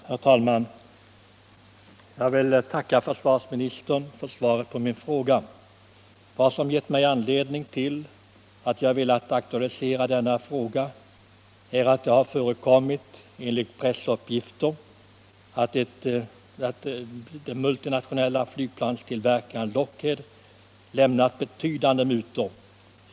Herr talman! Jag vill tacka försvarsministern för svaret på min fråga. Vad som gett mig anledning att aktualisera denna fråga är att det enligt pressuppgifter har förekommit att den multinationella flygplanstillverkaren Lockheed lämnat betydande mutor.